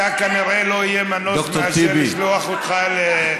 כנראה לא יהיה מנוס מאשר לשלוח אותך לשתות